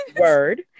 Word